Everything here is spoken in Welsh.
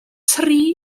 tri